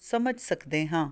ਸਮਝ ਸਕਦੇ ਹਾਂ